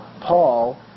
Paul